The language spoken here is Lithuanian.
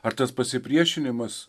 ar tas pasipriešinimas